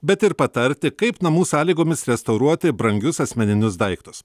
bet ir patarti kaip namų sąlygomis restauruoti brangius asmeninius daiktus